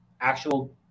actual